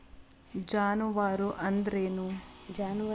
ಜಾನುವಾರು ಅಂದ್ರೇನು?